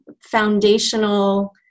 foundational